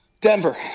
Denver